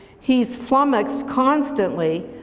he's flummoxed constantly